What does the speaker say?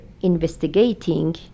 investigating